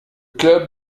club